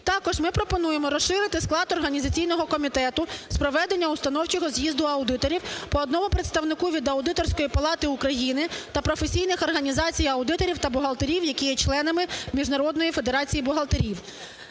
Також ми пропонуємо розширити склад організаційного комітету з проведення установчого з'їзду аудиторів по одному представнику від Аудиторської палати України та професійних організацій аудиторів та бухгалтерів, які є членами Міжнародної федерації бухгалтерів.